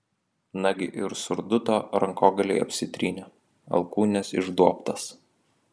nagi ir surduto rankogaliai apsitrynę alkūnės išduobtos